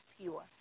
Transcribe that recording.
pure